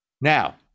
Now